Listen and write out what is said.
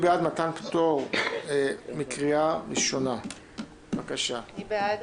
אבי, לפני שאתה סוגר את הישיבה, האם אתה מעלה